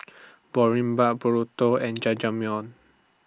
Boribap Burrito and Jajangmyeon